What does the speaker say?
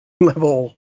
level